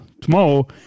tomorrow